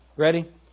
Ready